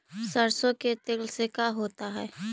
सरसों के तेल से का होता है?